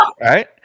right